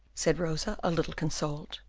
said rosa, a little consoled.